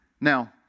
Now